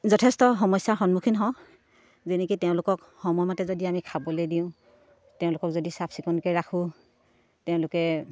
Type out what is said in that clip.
যথেষ্ট সমস্যাৰ সন্মুখীন হওঁ যেনেকৈ তেওঁলোকক সময়মতে যদি আমি খাবলৈ দিওঁ তেওঁলোকক যদি চাফ চিকুণকৈ ৰাখোঁ তেওঁলোকে